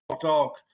talk